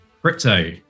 Crypto